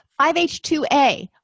5h2a